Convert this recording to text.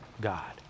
God